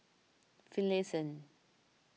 Finlayson